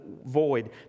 void